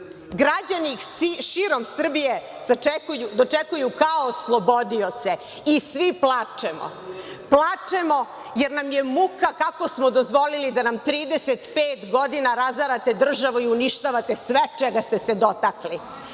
budemo. Građani širom Srbije ih dočekuju kao oslobodioce i svi plačemo. Plačemo jer nam je muka kako smo dozvolili da nam 35 godina razarate državu i uništavate sve čega ste se dotakli.